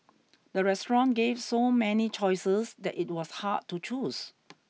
the restaurant gave so many choices that it was hard to choose